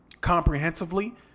comprehensively